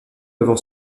avant